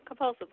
compulsively